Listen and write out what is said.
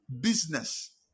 business